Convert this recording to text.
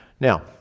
Now